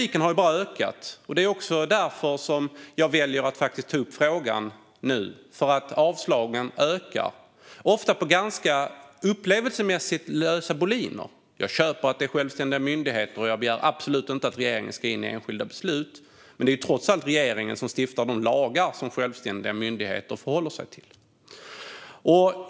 Jag väljer att ta upp frågan nu eftersom visumavslagen ökar och ofta på ganska upplevelsemässigt lösa boliner. Jag köper att det är självständiga myndigheter, och jag begär absolut inte att regeringen ska gå in i enskilda beslut, men det är trots allt regeringen som stiftar de lagar som myndigheterna förhåller sig till.